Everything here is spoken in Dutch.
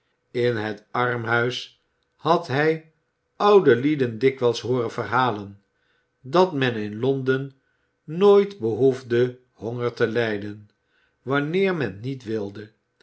in het armhuis had hij oude lieden dikwijls hooren verhalen dat men in londen nooit behoefde honger te lijden wanneer men niet wilde